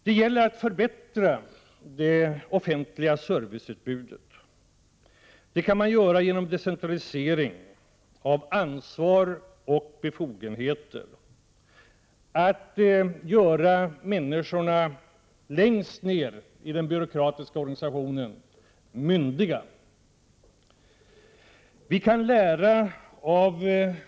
Det gäller att förbättra det offentliga serviceutbudet. Det kan göras genom decentralisering av ansvar och befogenheter, genom att människorna längst ner i den byråkratiska organisationen myndigförklaras.